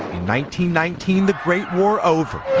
nineteen nineteen the great war over,